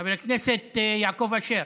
חבר הכנסת יעקב אשר,